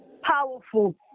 powerful